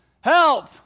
Help